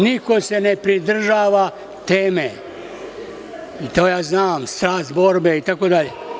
Niko se ne pridržava teme i to ja znam, strast borbe itd.